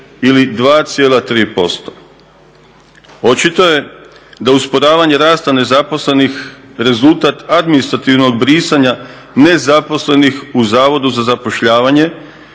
ili 2,3%. Očito je da usporavanje rasta nezaposlenih rezultat administrativnog brisanja nezaposlenih u Zavodu za zapošljavanje